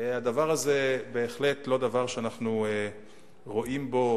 הדבר הזה הוא בהחלט לא דבר שאנחנו רואים בו